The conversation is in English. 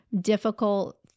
difficult